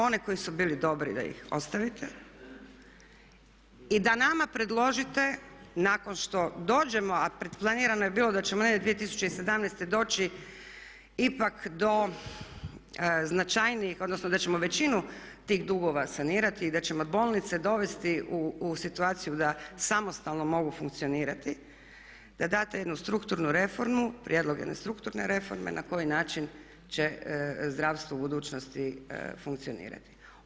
One koji su bili dobri da ih ostavite i da nama predložite nakon što dođemo, a planirano je bilo da ćemo negdje 2017. doći ipak do značajnijih odnosno da ćemo većinu tih dugova sanirati i da ćemo bolnice dovesti u situaciju da samostalno mogu funkcionirati, da date jednu strukturnu reformu, prijedlog jedne strukturne reforme na koji način će zdravstvo u budućnosti funkcionirati.